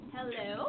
Hello